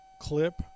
clip